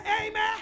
amen